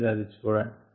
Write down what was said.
మీరు అది చూడండి